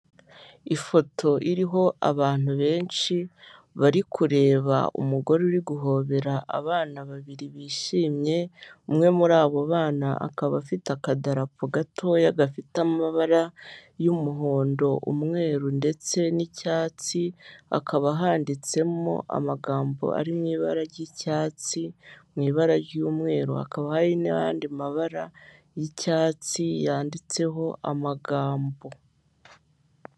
Ifoto iriho abantu benshi bari kureba umugore uri guhobera abana babiri bishimye, umwe muri abo bana akaba afite akadarapo gatoya gafite amabara y'umuhondo, umweru ndetse n'icyatsi hakaba handitsemo amagambo ari mu ibara ry'icyatsi mu ibara ry'umweru, hakaba hari n'andi mabara y'icyatsi yanditseho amagambo.